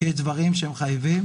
יש דברים שמחייבים.